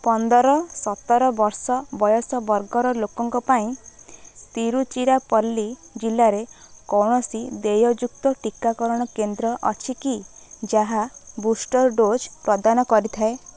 ପନ୍ଦର ସତର ବର୍ଷ ବୟସ ବର୍ଗର ଲୋକଙ୍କ ପାଇଁ ତିରୁଚିରାପଲ୍ଲୀ ଜିଲ୍ଲାରେ କୌଣସି ଦେୟଯୁକ୍ତ ଟୀକାକରଣ କେନ୍ଦ୍ର ଅଛି କି ଯାହା ବୁଷ୍ଟର୍ ଡୋଜ୍ ପ୍ରଦାନ କରିଥାଏ